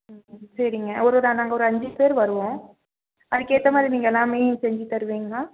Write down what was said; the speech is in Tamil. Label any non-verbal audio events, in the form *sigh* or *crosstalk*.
ம் ம் சரிங்க ஒரு *unintelligible* நாங்கள் ஒரு அஞ்சு பேர் வருவோம் அதுக்கேற்ற மாதிரி நீங்கள் எல்லாமே செஞ்சு தருவிங்களா